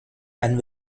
and